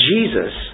Jesus